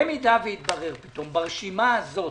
במידה ויתברר פתאום שהרשימה הזאת